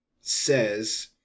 says